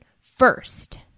first